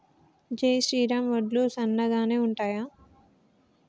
జై శ్రీరామ్ వడ్లు సన్నగనె ఉంటయా?